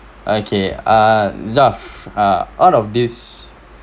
okay err zaf ah out of this